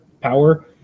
power